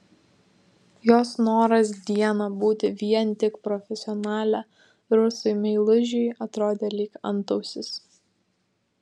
jos noras dieną būti vien tik profesionale rusui meilužiui atrodė lyg antausis